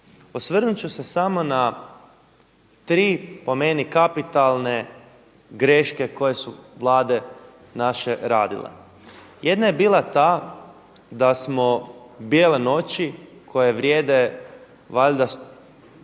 Osvrnut ću se samo na tri po meni kapitalne greške koje su Vlade naše radile. Jedna je bila ta da smo Bijele noći koje vrijede valjda